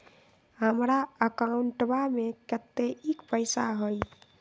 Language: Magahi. हमार अकाउंटवा में कतेइक पैसा हई?